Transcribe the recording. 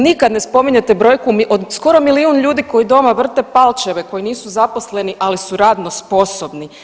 Nikad ne spominjete brojku od skoro milijun ljudi koji doma vrte palčeve koji nisu zaposleni, ali su radno sposobni.